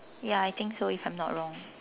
ya I think so if I'm not wrong